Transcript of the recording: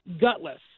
gutless